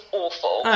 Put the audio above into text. awful